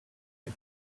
you